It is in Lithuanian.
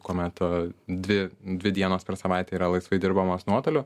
kuo met dvi dvi dienos per savaitę yra laisvai dirbamos nuotoliu